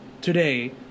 today